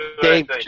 Dave